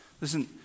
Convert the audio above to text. Listen